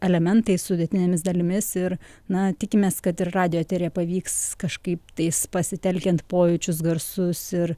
elementais sudėtinėmis dalimis ir na tikimės kad ir radijo eteryje pavyks kažkaip tais pasitelkiant pojūčius garsus ir